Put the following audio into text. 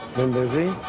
been busy?